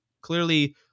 clearly